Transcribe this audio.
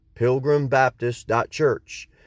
pilgrimbaptist.church